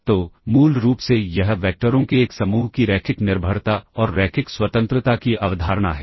तो मूल रूप से यह वैक्टरों के एक समूह की रैखिक निर्भरता और रैखिक स्वतंत्रता की अवधारणा है